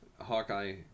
Hawkeye